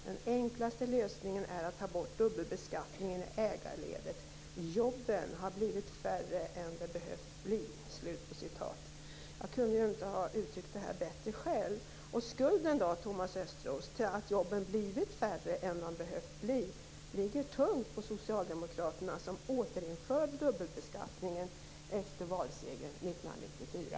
Den enklaste lösningen är att ta bort dubbelbeskattningen i ägarledet. Jobben har blivit färre än de behövt bli. Jag kunde inte ha uttryckt det bättre själv. Skulden, Thomas Östros, till att jobben blivit färre än vad de behövt bli ligger tung på socialdemokraterna, som återinförde dubbelbeskattningen efter valsegern 1994.